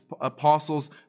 apostles